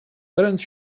parents